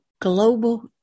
Global